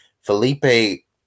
Felipe